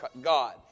God